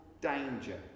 danger